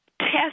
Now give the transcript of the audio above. test